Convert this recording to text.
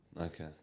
Okay